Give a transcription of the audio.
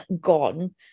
gone